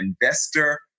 investor